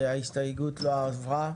הצבעה ההסתייגות לא אושרה.